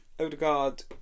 Odegaard